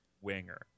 winger